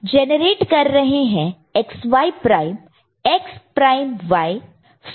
तो हम जनरेट कर रहे हैं XY prime X prime Y